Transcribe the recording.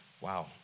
wow